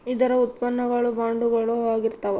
ಇದರ ಉತ್ಪನ್ನ ಗಳು ಬಾಂಡುಗಳು ಆಗಿರ್ತಾವ